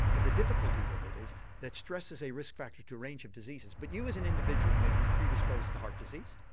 the difficulty with it is that stress is a risk factor to a range of diseases but you as an individual may be predisposed to heart disease,